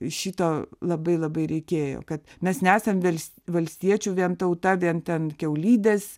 šito labai labai reikėjo kad mes nesam vels valstiečių vien tauta vien ten kiaulidės